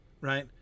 right